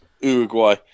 Uruguay